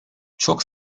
çok